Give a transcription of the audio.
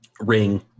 ring